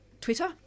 Twitter